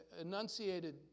enunciated